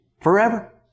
Forever